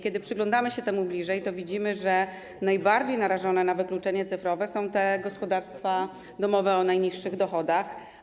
Kiedy przyglądamy się temu bliżej, to widzimy, że najbardziej narażone na wykluczenie cyfrowe są gospodarstwa domowe o najniższych dochodach.